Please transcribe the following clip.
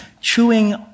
chewing